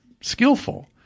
skillful